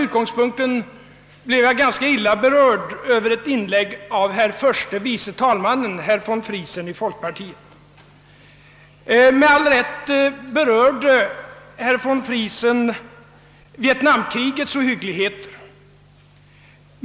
Därför blev jag ganska illa berörd av ett inlägg som förste vice talmannen herr von Friesen i folkpartiet gjorde, Herr von Friesen berörde bl.a. vietnamkrigets ohygglighet.